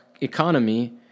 economy